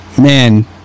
man